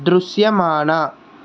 దృశ్యమాన